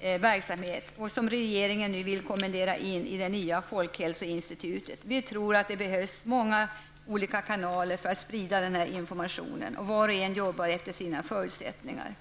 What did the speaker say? verksamhet och som regeringen nu vill kommendera in i det nya folkhälsoinstitutet. Vi tror att det behövs många olika kanaler för att sprida denna information. Var och en jobbar efter sina förutsättningar.